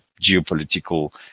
geopolitical